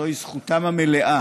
זוהי זכותם המלאה